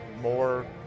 more